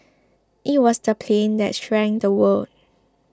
it was the plane that shrank the world